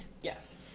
Yes